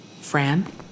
Fran